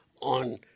on